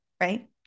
Right